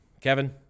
Kevin